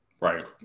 right